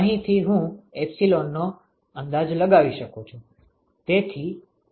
અહીંથી હું એપ્સીલોનનો અંદાજ લગાવી શકું છું